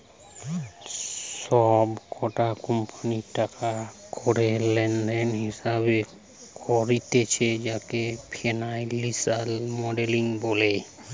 সব কটা কোম্পানির টাকা কড়ি লেনদেনের হিসেবে করতিছে যাকে ফিনান্সিয়াল মডেলিং বলে